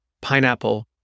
pineapple